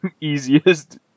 easiest